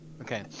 Okay